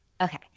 Okay